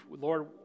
Lord